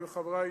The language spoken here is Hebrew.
אני וחברי,